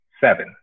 seven